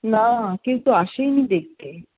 না কেউ তো আসেনি দেখতে